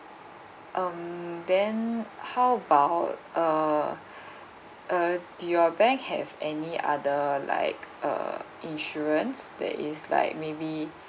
um then how about err uh do your bank have any other like err insurance that is like maybe